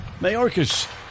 Mayorkas